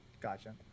gotcha